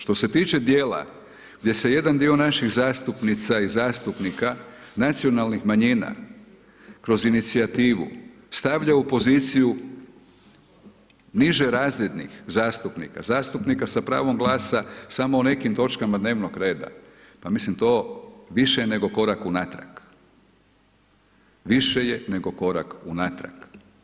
Što se tiče dijela, gdje se jedan dio naših zastupnica i zastupnika nacionalnih manjina kroz inicijativu stavlja u poziciju nižerazrednih zastupnika, zastupnika sa pravom glasa samo o nekim točkama dnevnog reda, pa mislim to više nego korak unatrag, više je nego korak unatrag.